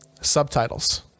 Subtitles